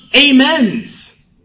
amens